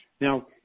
now